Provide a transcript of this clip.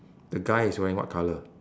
the guy is wearing what colour